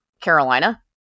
Carolina